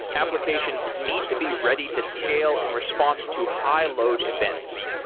applications need to be ready to scale in response to high load events.